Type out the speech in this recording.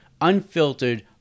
unfiltered